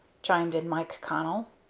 chimed in mike connell.